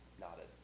nodded